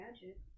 Gadget